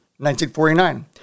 1949